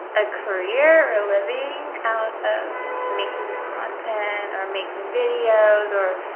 a career or living out of making content or making videos or